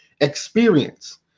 experience